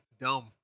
dumb